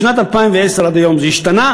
משנת 2010 עד היום זה השתנה.